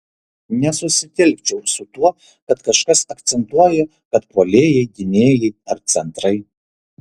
nesusitelkčiau su tuo kad kažkas akcentuoja kad puolėjai gynėjai ar centrai